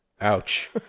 Ouch